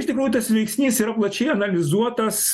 iš tikrųjų tas veiksnys yra plačiai analizuotas